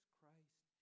Christ